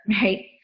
right